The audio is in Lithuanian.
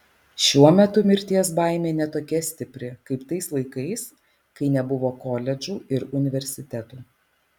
šiuo metu mirties baimė ne tokia stipri kaip tais laikais kai nebuvo koledžų ir universitetų